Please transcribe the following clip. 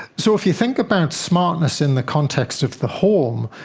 so if you think about smartness in the context of the home,